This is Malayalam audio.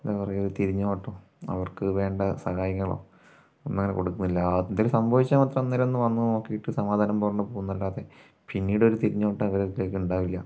എന്താ പറയുക ഒരു തിരിഞ്ഞു നോട്ടം അവർക്കുവേണ്ട സഹായങ്ങളോ ഒന്നങ്ങനെ കൊടുക്കുന്നില്ല എന്തെങ്കിലും സംഭവിച്ചാൽ മാത്രം അന്നേരത്തൊന്ന് വന്നു നോക്കിയിട്ട് സമാധാനം പറഞ്ഞു പോവും എന്നല്ലാതെ പിന്നീടൊരു തിരിഞ്ഞു നോട്ടം അവരിലേക്ക് ഉണ്ടാവില്ല